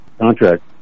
contract